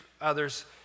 others